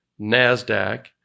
NASDAQ